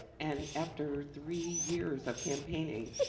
and after three years of campaigning,